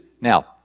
Now